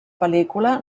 pel·lícula